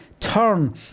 Turn